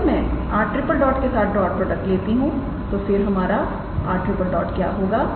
तोअगर मैं 𝑟⃛ के साथ डॉट प्रोडक्ट लेता हूं तो फिर हमारा 𝑟⃛ क्या होगा